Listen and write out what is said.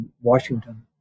Washington